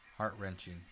heart-wrenching